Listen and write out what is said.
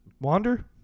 Wander